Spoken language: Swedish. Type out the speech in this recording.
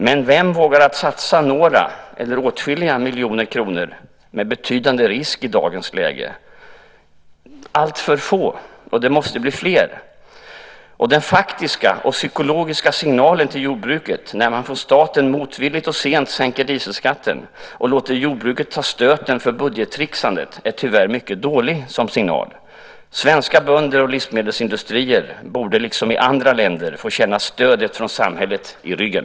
Men vem vågar satsa några - eller åtskilliga - miljoner kronor med betydande risk i dagens läge? Alltför få. Det måste bli fler. Den faktiska och psykologiska signalen till jordbruket när man från staten motvilligt och sent sänker dieselskatten och låter jordbruket ta stöten för budgettricksandet är tyvärr mycket dålig. Svenska bönder och livsmedelsindustrier borde liksom i andra länder få känna stödet från samhället i ryggen!